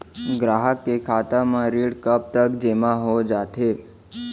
ग्राहक के खाता म ऋण कब तक जेमा हो जाथे?